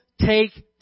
take